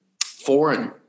foreign